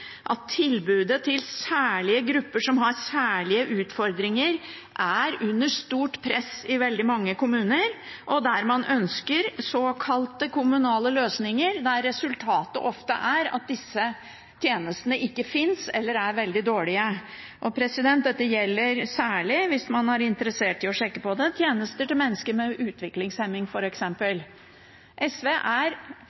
at tilbudet til særlige grupper som har særlige utfordringer, er under stort press i veldig mange kommuner, og der man ønsker såkalte kommunale løsninger, der resultatet ofte er at disse tjenestene ikke finnes, eller er veldig dårlige. Dette gjelder særlig – hvis man er interessert i å sjekke det – tjenester til mennesker med